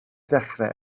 dechrau